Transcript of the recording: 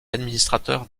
administrateur